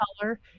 color